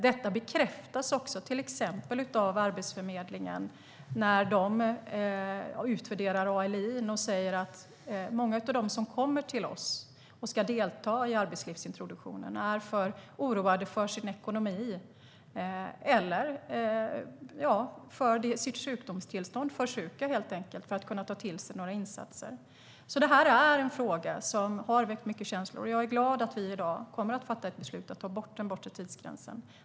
Detta bekräftas till exempel av Arbetsförmedlingens utvärdering av ALI:n; många av dem som kommer till dem och ska delta i arbetslivsintroduktionen är för oroade för sin ekonomi eller sitt sjukdomstillstånd, eller helt enkelt för sjuka, för att kunna ta till sig några insatser. Det här är en fråga som har väckt mycket känslor. Jag är glad över att vi i dag kommer att fatta ett beslut om att ta bort den bortre tidsgränsen.